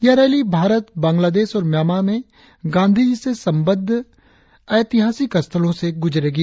यह रैली भारत बांग्लादेश और म्यामां में गांधीजी से संबंद्व ऐतिहासिक स्थलों के गुजरेगी